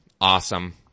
awesome